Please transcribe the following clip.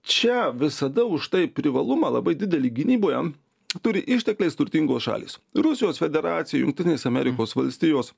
čia visada už tai privalumą labai didelį gynyboje turi ištekliais turtingos šalys rusijos federacija jungtinės amerikos valstijos